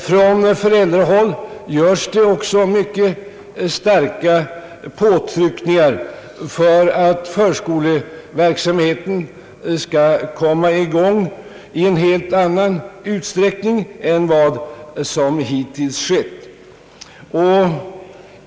Från föräldrahåll göres även mycket starka påtryckningar för att förskoleverksamheten skall komma i gång i en helt annan utsträckning än vad hittills har skett.